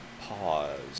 pause